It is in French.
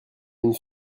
une